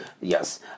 Yes